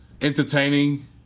entertaining